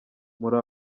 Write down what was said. muri